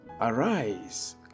Arise